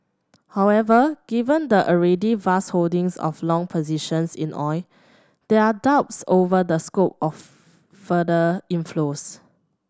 however given the already vast holdings of long positions in oil there are doubts over the scope of further inflows